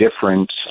different